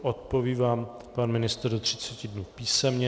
Odpoví vám pan ministr do 30 dnů písemně.